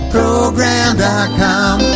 Program.com